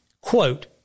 quote